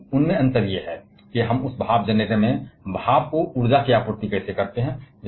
लेकिन उनका अंतर यह है कि हम उस भाप जनरेटर में भाप को ऊर्जा की आपूर्ति कैसे करते हैं